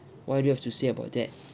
why do you have to say about that